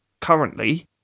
currently